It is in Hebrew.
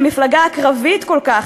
המפלגה הקרבית כל כך,